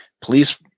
police